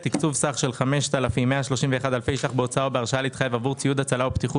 תקצוב סך של 120 אלפי ש"ח בהרשאה להתחייב עבור תוכניות המראה